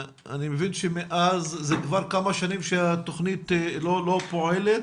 אני מבין שזה כבר כמה שנים שהתוכנית לא פועלת.